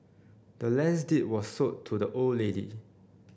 the land's deed was sold to the old lady